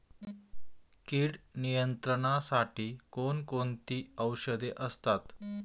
कीड नियंत्रणासाठी कोण कोणती औषधे असतात?